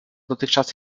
dotychczas